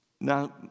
now